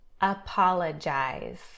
apologize